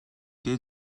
qué